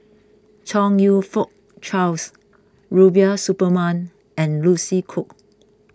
Chong You Fook Charles Rubiah Suparman and Lucy Koh